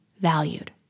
valued